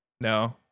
No